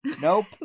nope